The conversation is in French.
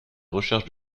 recherches